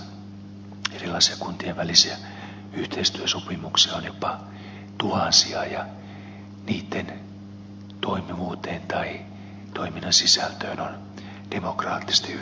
valtakunnassahan erilaisia kuntien välisiä yhteistyösopimuksia on jopa tuhansia ja niitten toimivuuteen tai toiminnan sisältöön on demokraattisesti hyvin vaikea päästä